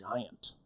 giant